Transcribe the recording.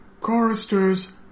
choristers